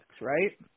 right